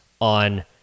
on